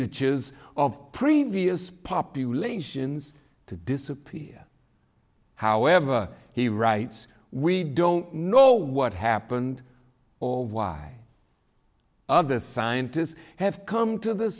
es of previous populations to disappear however he writes we don't know what happened or why other scientists have come to the